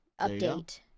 update